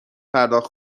پرداخت